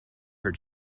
her